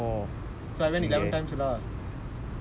ah guava கொய்யாபழம் பிரசாதம்:koyyaapalam pirasaatham